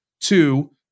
Two